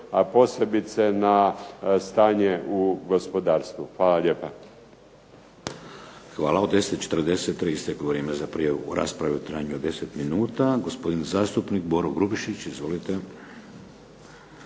a posebice na stanje u gospodarstvu. Hvala lijepa. **Šeks, Vladimir (HDZ)** Hvala. U 10,43 isteklo vrijeme za prijavu rasprave u trajanju od 10 minuta. Gospodin zastupnik Boro Grubišić. Izvolite.